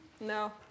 No